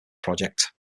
project